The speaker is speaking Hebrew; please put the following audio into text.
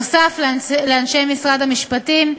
נוסף על אנשי משרד המשפטים,